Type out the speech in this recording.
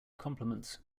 compliments